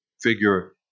figure